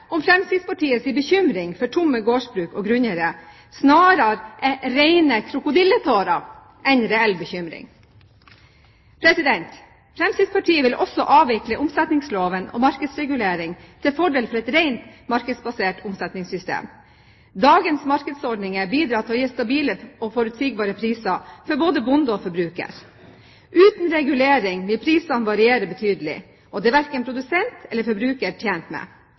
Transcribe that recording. om Fremskrittspartiets bekymring over tomme gårdsbruk og grunneiere snarere er rene krokodilletårer enn reell bekymring. Fremskrittspartiet vil også avvikle omsetningsloven og markedsregulering til fordel for et rent markedsbasert omsetningssystem. Dagens markedsordninger bidrar til å gi stabile og forutsigbare priser for både bonde og forbruker. Uten regulering vil prisene variere betydelig, og det er verken produsent eller forbruker tjent med.